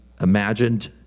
imagined